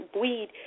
weed